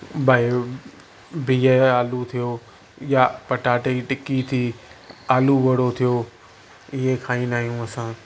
भई उहो बिहु आलू थियो या पटाटे जी टिकी थी आलू वड़ो थियो इहे खाईंदा आहियूं असां